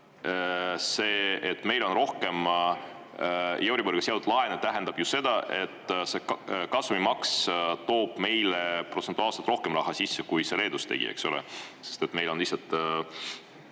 see, et meil on rohkem euriboriga seotud laene, tähendab ju seda, et see kasumimaks toob meile protsentuaalselt rohkem raha sisse, kui see Leedus tegi, eks ole, sest meil on lihtsalt